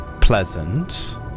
pleasant